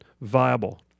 viable